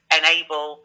enable